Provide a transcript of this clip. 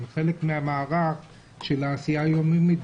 והם חלק מהמערך של העשייה היום-יומית.